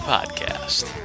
Podcast